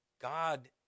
God